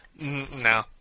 No